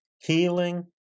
healing